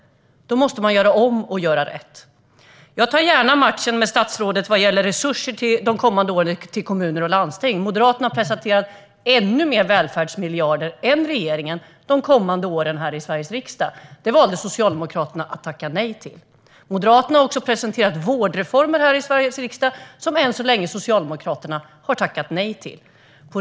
Då måste man göra om och göra rätt. Jag tar gärna matchen med statsrådet vad gäller resurser till kommuner och landsting under de kommande åren. Moderaterna har här i Sveriges riksdag föreslagit ännu fler välfärdsmiljarder än regeringen under de kommande åren, men det valde Socialdemokraterna att tacka nej till. Moderaterna har också presenterat vårdreformer, som Socialdemokraterna än så länge tackar nej till.